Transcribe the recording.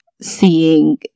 seeing